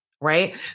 Right